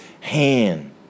hand